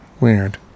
Weird